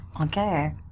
Okay